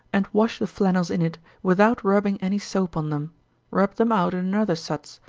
and wash the flannels in it, without rubbing any soap on them rub them out in another suds,